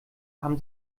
haben